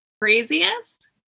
Craziest